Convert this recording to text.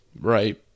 Right